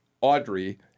Audrey